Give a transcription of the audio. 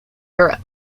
europe